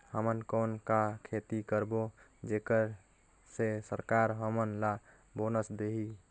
हमन कौन का खेती करबो जेकर से सरकार हमन ला बोनस देही?